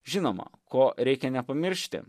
žinoma ko reikia nepamiršti